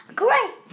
great